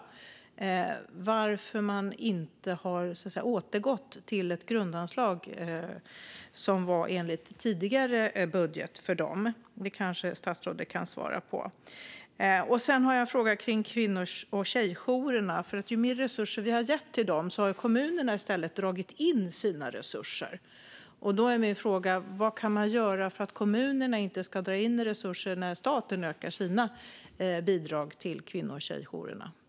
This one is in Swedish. Jag frågade varför man inte har återgått till ett grundanslag till dem enligt tidigare budget. Statsrådet kan kanske svara på det. Jag har även en fråga som gäller kvinno och tjejjourerna. När vi har gett mer resurser till dem har kommunerna i sin tur dragit in resurser. Vad kan man göra för att kommunerna inte ska dra in pengar när staten ökar sina bidrag till kvinno och tjejjourerna?